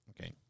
Okay